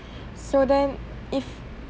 so then if